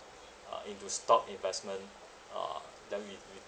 uh into stock investment ah then we we